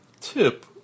Tip